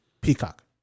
Peacock